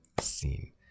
Scene